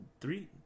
three